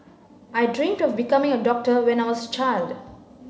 I dream of becoming a doctor when I was a child